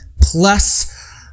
plus